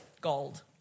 gold